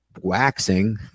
waxing